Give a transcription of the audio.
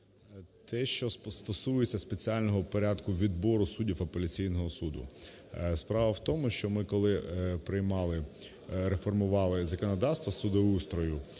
Те, що стосується спеціального порядку відбору суддів Апеляційного суду. Справа в тому, що ми, коли приймали, реформували законодавство судоустрою